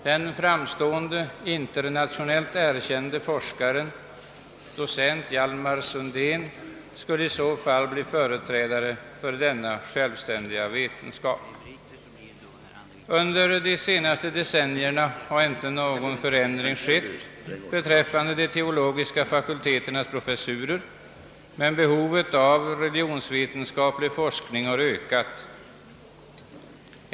Den framstående och internationellt erkände forskaren docent Hjalmar Sundén skulle i så fall bli företrädare för denna självständiga vetenskap. Under de senaste decennierna har inte någon förändring skett beträffande de teologiska fakulteternas professurer, men behovet av religionsvetenskaplig forskning har ökat.